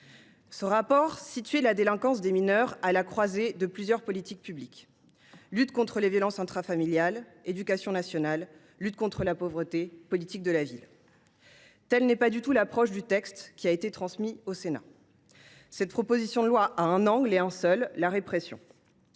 Ils situaient la délinquance des mineurs à la croisée de plusieurs politiques publiques, telles que la lutte contre les violences intrafamiliales, l’éducation nationale, la lutte contre la pauvreté, ou encore la politique de la ville. Telle n’est pas du tout l’approche du texte qui a été transmis au Sénat. Cette proposition de loi a un angle, et un seul : la répression.